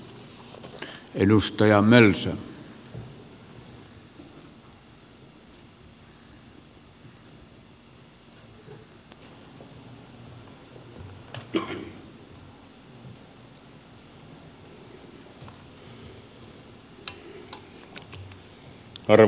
arvoisa puhemies